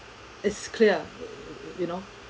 it's clear you know